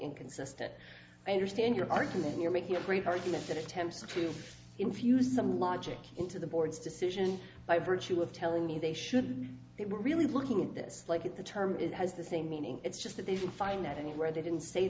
inconsistent i understand your argument you're making a great argument that attempts to infuse some logic into the board's decision by virtue of telling me they should they were really looking at this like the term it has the same meaning it's just that they find that anywhere they didn't say